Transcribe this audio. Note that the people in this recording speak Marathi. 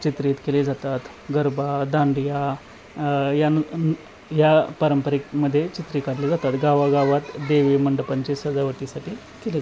चित्रित केली जातात गरबा दांडिया यानं न् ह्या पारंपरिकमध्ये चित्रे काढली जातात गावागावांत देवी मंडपांची सजावटीसाठी केली